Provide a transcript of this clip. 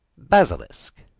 basilisk,